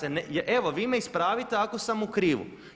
Evo vi me ispravite ako sam u krivu.